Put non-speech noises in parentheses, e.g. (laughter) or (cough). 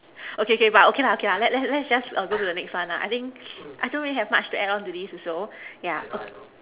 (breath) okay okay but okay lah okay lah let let let's just err go to the next one lah I think (noise) I don't really have much to add on to this also yeah (noise)